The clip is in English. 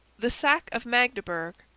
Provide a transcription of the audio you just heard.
the sack of magdeburg,